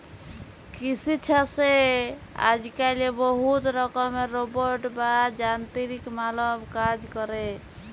কিসি ছাসে আজক্যালে বহুত রকমের রোবট বা যানতিরিক মালব কাজ ক্যরে